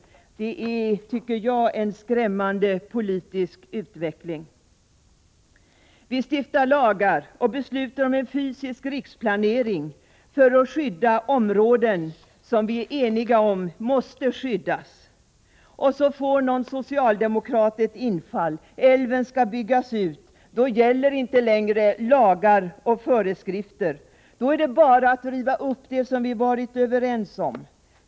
Det tycker jag är en skrämmande politisk utveckling. Vi stiftar lagar och beslutar om en fysisk riksplanering för att skydda områden som vi är eniga om måste skyddas. Så får någon socialdemokrat ett infall — älven skall byggas ut. Då gäller inte längre lagar och föreskrifter. Då är det bara att riva upp det vi har varit överens om.